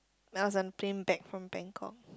I was on a plane back from Bangkok